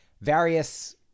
various